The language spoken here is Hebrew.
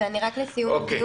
רק לסיום,